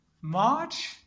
March